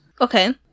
Okay